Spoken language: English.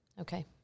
Okay